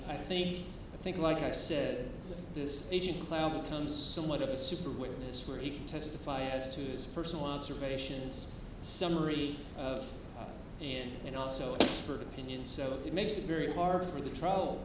i think i think like i said this agent clough becomes somewhat of a super witness where he can testify as to who's personal observations summary in and also for the opinion so it makes it very hard for the trial